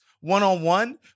one-on-one